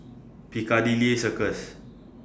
Piccadilly Circus